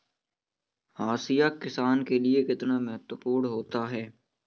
हाशिया किसान के लिए कितना महत्वपूर्ण होता है?